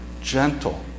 gentle